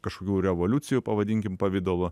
kažkokių revoliucijų pavadinkim pavidalu